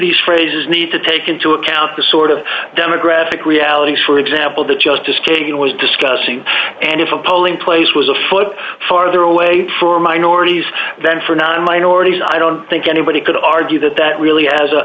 these phrases need to take into account the sort of demographic realities for example the justice kagan was discussing and if a polling place was afoot farther away for minorities than for non minorities i don't think anybody could argue that that really has